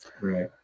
Right